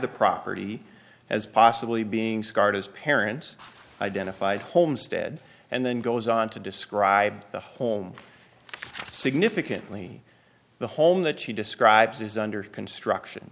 the property as possibly being scarred as parents identified homestead and then goes on to describe the home significantly the home that she describes is under construction